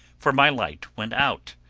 for my light went out,